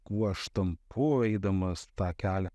kuo aš tampu eidamas tą kelią